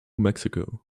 mexico